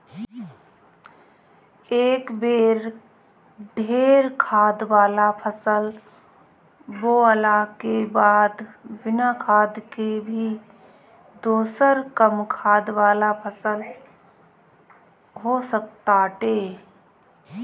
एक बेर ढेर खाद वाला फसल बोअला के बाद बिना खाद के भी दोसर कम खाद वाला फसल हो सकताटे